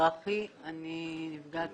נפגעת